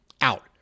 out